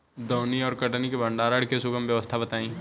दौनी और कटनी और भंडारण के सुगम व्यवस्था बताई?